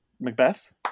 Macbeth